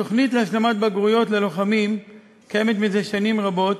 התוכנית להשלמת בגרויות ללוחמים קיימת זה שנים רבות,